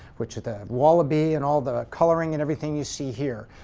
which the wallaby and all the coloring and everything you see here.